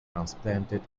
transplanted